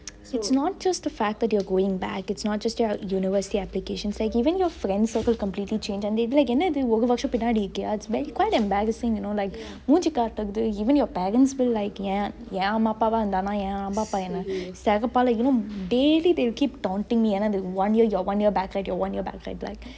it's not just the fact that you're going back it's not just your university applications like even your friend circle completely change like என்னது ஒரு வருஷொ பின்னாடி இருக்கியா:ennethu oru varusho pinnadi irukkiyaa and it's very quite embarassing you know like மூஞ்சி காட்டருது:moonji kaateruthu even your parents will like ஏன் என் அம்மா அப்பாவா இருந்தானா என் அம்மா அப்பா என்ன செருப்பால:yen ye amma appavaa irunthaanaa en amma appa enne serupaale you know daily they will keep taunting me you know you are one year back you are one year back